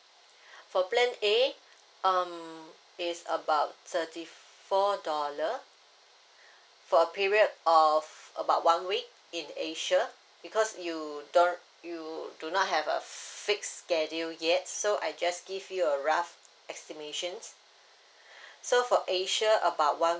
for plan A um it's about thirty four dollar for a period of about one week in asia because you don't you do not have a fixed schedule yet so I just give you a rough estimations so for asia about one